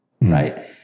Right